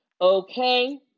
Okay